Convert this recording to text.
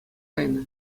кайнӑ